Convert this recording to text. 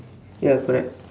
ya correct